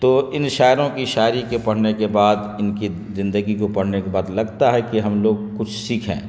تو ان شاعروں کی شاعری کے پڑھنے کے بعد ان کی زندگی کو پڑھنے کے بعد لگتا ہے کہ ہم لوگ کچھ سیکھیں